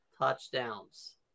touchdowns